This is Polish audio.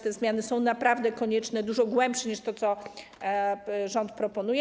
Te zmiany są naprawdę konieczne, dużo głębsze niż to, co rząd proponuje.